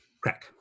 Crack